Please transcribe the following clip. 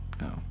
No